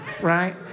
right